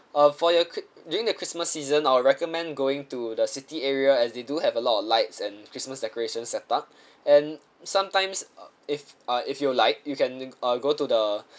uh for your chri~ during the christmas season I would recommend going to the city area as they do have a lot lights and christmas decorations setup and sometimes uh if uh if you'd like you can uh go to the